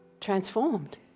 Transformed